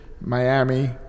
Miami